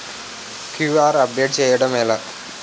QR update చేయడం ఎలా?